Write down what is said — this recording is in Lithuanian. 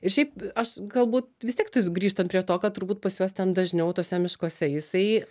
ir šiaip aš galbūt vis tiek tai grįžtant prie to kad turbūt pas juos ten dažniau tuose miškuose jisai